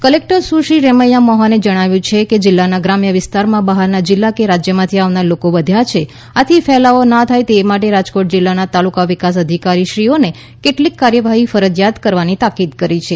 collector સુશ્રી રેમ્યા મોહને જિલ્લાના ગ્રામ્ય વિસ્તારોમાં બહારના જિલ્લા કે રાજ્યમાંથી આવનારા લોકો વધ્યા છે આથી ફેલાવો ના થાય તે માટે રાજકોટ જિલ્લાના તાલુકા વિકાસ અધિકારીશ્રીઓને કેટલીક કાર્યવાહી ફરજિયાત તાકીદ કરી છે